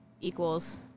equals